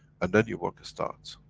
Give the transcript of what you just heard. and then your work starts.